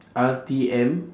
R_T_M